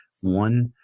one